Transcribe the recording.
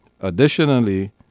Additionally